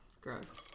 Gross